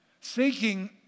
Seeking